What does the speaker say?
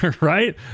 right